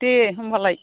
दे होनबालाय